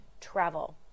travel